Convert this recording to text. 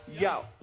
Yo